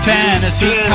Tennessee